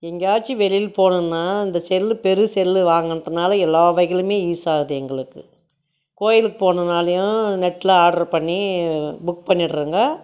எங்கேயாச்சும் வெளியில் போகணுன்னா இந்த செல்லு பெரிய செல்லு வாங்குனதுனால எல்லா வகையிலேயுமே யூஸாகுது எங்களுக்கு கோவிலுக்கு போகணுன்னாலும் நெட்டில் ஆட்ரு பண்ணி புக் பண்ணிடுறோம்ங்க